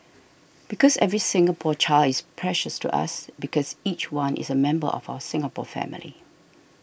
because every Singapore child is precious to us because each one is a member of our Singapore family